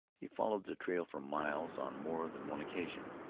he followed the trail for miles on more than one occasion.